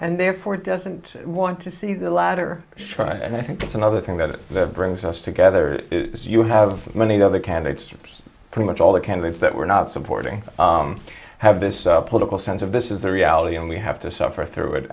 and therefore doesn't want to see the latter shrug and i think that's another thing that it brings us together as you have many other candidates pretty much all the candidates that we're not supporting have this political sense of this is the reality and we have to suffer through it